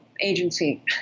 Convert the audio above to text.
agency